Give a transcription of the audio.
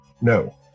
No